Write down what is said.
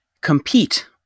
compete